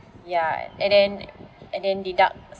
ya and then and then deduct